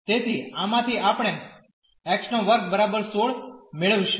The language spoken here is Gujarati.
તેથી આમાંથી આપણે x2 16 મેળવીશું